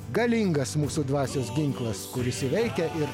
galingas mūsų dvasios ginklas kuris įveikia ir